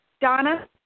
Donna